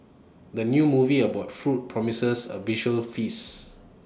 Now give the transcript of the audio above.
the new movie about food promises A visual feast